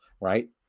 Right